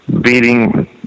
beating